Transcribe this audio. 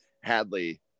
Hadley